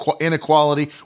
inequality